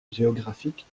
géographique